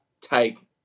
take